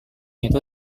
itu